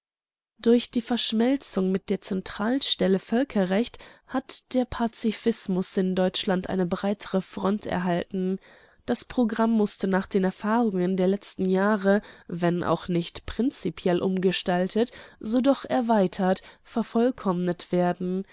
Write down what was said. durch die verschmelzung mit der zentralstelle völkerrecht hat der pazifismus in deutschland eine breitere front erhalten das programm mußte nach den erfahrungen der letzten jahre wenn auch nicht prinzipiell umgestaltet so doch erweitert vervollkommnet werden